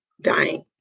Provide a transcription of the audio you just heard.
dying